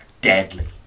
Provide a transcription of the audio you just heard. deadly